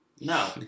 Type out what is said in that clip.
No